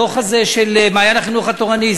הדוח הזה על "מעיין החינוך התורני",